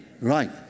Right